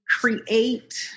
create